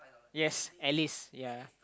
yes at least ya